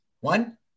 One